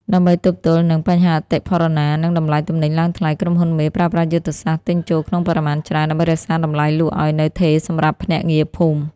ដើម្បីទប់ទល់នឹង "បញ្ហាអតិផរណា និងតម្លៃទំនិញឡើងថ្លៃ" ក្រុមហ៊ុនមេប្រើប្រាស់យុទ្ធសាស្ត្រ "ទិញចូលក្នុងបរិមាណច្រើន" ដើម្បីរក្សាតម្លៃលក់ឱ្យនៅថេរសម្រាប់ភ្នាក់ងារភូមិ។